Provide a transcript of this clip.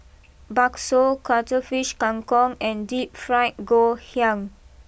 Bakso Cuttlefish Kang Kong and deep Fried Ngoh Hiang